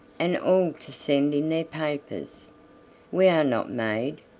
and all to send in their papers. we are not made,